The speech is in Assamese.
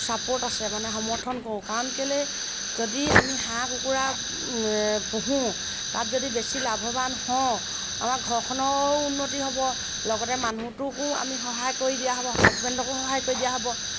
ছাপোৰ্ট আছে মানে সমৰ্থন কৰোঁ কাৰণ কেলৈ যদি আমি হাঁহ কুকুৰা পুহোঁ তাত যদি বেছি লাভৱান হওঁ আমাৰ ঘৰখনৰো উন্নতি হ'ব লগতে মানুহটোকো আমি সহায় কৰি দিয়া হ'ব হাজবেণ্ডকো সহায় কৰি দিয়া হ'ব